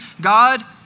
God